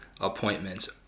appointments